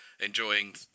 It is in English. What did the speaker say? enjoying